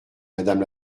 madame